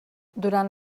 durant